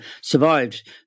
survived